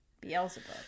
Beelzebub